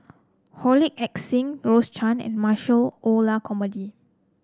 Wong Heck Sing Rose Chan and Michael Olcomendy